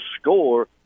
score